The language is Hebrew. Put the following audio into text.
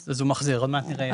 אז הוא מחזיר, עוד מעט נראה.